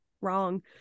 wrong